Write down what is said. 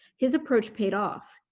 his approach paid off.